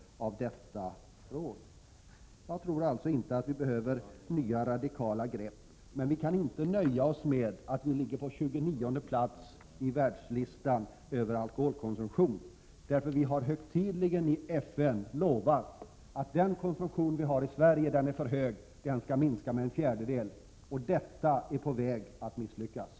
30 maj 1988 Jag tror alltså inte att det behövs några nya, radikala grepp. Men för den skull kan vi inte vara nöjda, med hänvisning till att vi ligger på tjugonionde CE VER AE oi 2 RR i ö IRS NA . alkoholkonsumtionen plats i världsstatistiken över alkoholkonsumtion. Vi har ju högtidligen lovat i iSverige FN att minska den för närvarande höga alkoholkonsumtionen i Sverige. Konsumtionen skall minska med en fjärdedel, men i detta avseende är vi på väg att misslyckas.